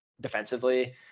defensively